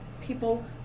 people